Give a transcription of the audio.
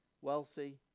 wealthy